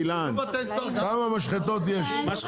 אם מגדלים בתוך האינטגרציה הם שוחטים במשחטה א'